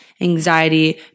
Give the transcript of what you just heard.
anxiety